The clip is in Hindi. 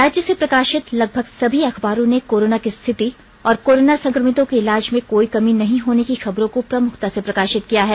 राज्य से प्रकाशित लगभग सभी अखबारों ने कोरोना की स्थिति और कोरोना संक्रमितों के इलाज में कोई कमी नहीं होने की खबरों को प्रमुखता से प्रकाशित किया है